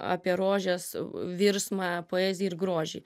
apie rožes virsmą poeziją ir grožį